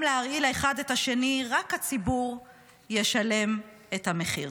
להרעיל האחד את השני רק הציבור ישלם את המחיר.